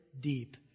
deep